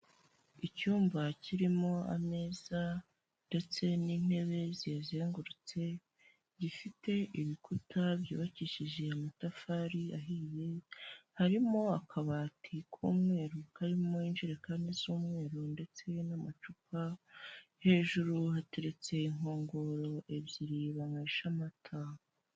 Icyumba kirimo ameza ndetse n'intebe zizengurutse, gifite ibikuta byubakishije amatafari ahiye, harimo akabati k'umweru karimo injirekani z'umweru ndetse n'amacupa hejuru hateretse inkongoro ebyiri banywesha amata.